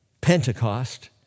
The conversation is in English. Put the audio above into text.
Pentecost